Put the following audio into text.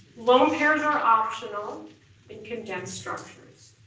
lone pairs are optional in condensed structures,